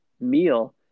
meal